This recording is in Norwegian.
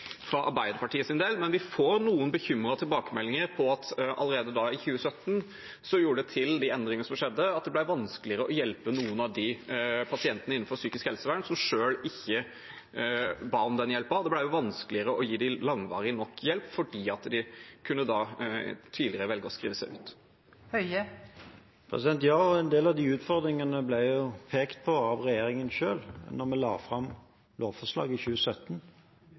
del. Men vi får noen bekymrede tilbakemeldinger på at allerede i 2017 gjorde de endringene som skjedde at det ble vanskeligere å hjelpe noen av de pasientene innenfor psykisk helsevern som selv ikke ba om hjelp. Det ble vanskeligere å gi dem langvarig nok hjelp, fordi de kunne velge å skrive seg ut tidligere. Ja, en del av de utfordringene ble jo pekt på av regjeringen selv, da vi la fram lovforslaget i 2017.